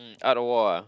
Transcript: Art of War ah